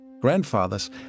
grandfathers